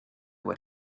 what